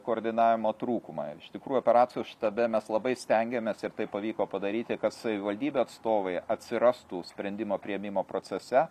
koordinavimo trūkumą iš tikrųjų operacijų štabe mes labai stengiamės ir tai pavyko padaryti kad savivaldybių atstovai atsirastų sprendimo priėmimo procese